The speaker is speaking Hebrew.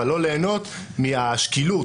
אבל לא ליהנות מהשקילות.